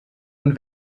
und